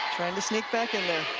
trying to sneak back in there.